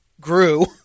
grew